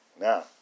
Now